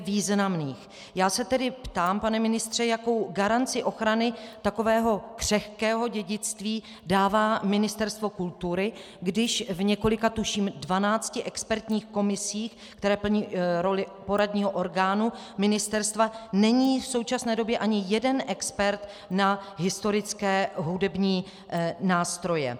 Já se tedy ptám, pane ministře, jakou garanci ochrany takového křehkého dědictví dává Ministerstvo kultury, když v několika, tuším dvanácti, expertních komisích, které plní roli poradního orgánu ministerstva, není v současné době ani jeden expert na historické hudební nástroje.